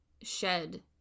shed